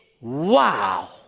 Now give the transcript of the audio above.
Wow